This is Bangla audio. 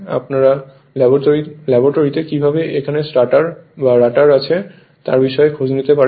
আপনারা ল্যাবরেটরিতে কিভাবে এখানে স্ট্যাটার বা রটার আছে তার বিষয়ে খোঁজ নিতে পারেন